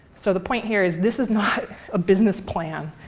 so the point here is, this is not a business plan.